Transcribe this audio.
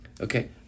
Okay